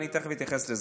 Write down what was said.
ואני תכף אתייחס לזה.